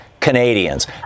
Canadians